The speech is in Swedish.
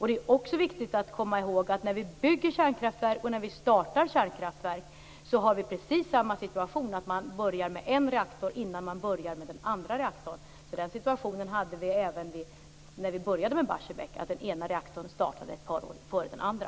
Det är också viktigt att komma ihåg att när vi bygger och startar kärnkraftverk är vi i precis samma situation. Man börjar ju med en reaktor innan man börjar med den andra. Den situationen var vi i när vi började med Barsebäck. Den ena reaktorn startade ett par år före den andra.